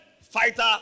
Fighter